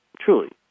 truly